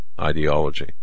ideology